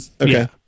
Okay